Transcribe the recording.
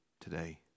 today